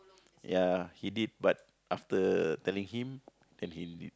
ya he did but after telling him then he did